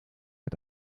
het